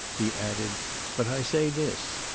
he added but i say this.